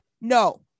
no